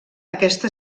aquesta